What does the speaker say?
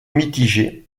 mitigée